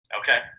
Okay